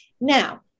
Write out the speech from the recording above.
Now